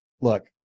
look